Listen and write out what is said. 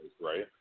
right